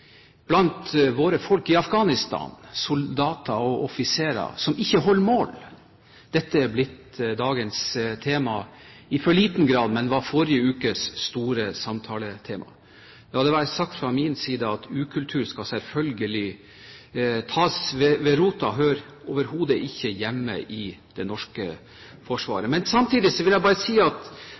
blant våre folk i Afghanistan, soldater og offiserer, som ikke holder mål? Dette er blitt dagens tema i for liten grad, men var forrige ukes store samtaletema. La det være sagt fra min side at ukultur selvfølgelig skal tas ved roten. Det hører overhodet ikke hjemme i det norske forsvaret. Men samtidig vil jeg bare si at